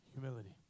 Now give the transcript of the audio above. Humility